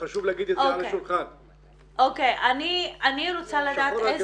אני זוכרת את הדיון --- אני רוצה להגיד עוד משהו,